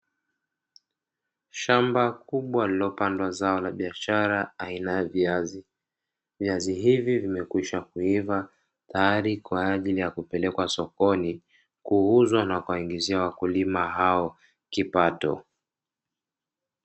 Shamba kubwa lililopandwa zao la biashara aina ya viazi. Viazi hivi vimekwisha kuiva, tayari kwa ajili ya kupelekwa sokoni kuuzwa na kuwaingizia wakulima hao kipato.